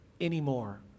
anymore